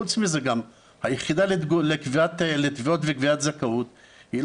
פרט לכך, היחידה לתביעות וקביעת זכאות אין